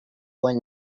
when